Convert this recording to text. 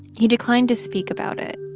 he declined to speak about it.